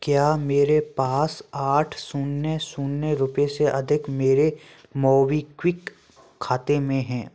क्या मेरे पास आठ शून्य शून्य रुपये से अधिक मेरे मोबीक्विक खाते में हैं